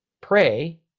pray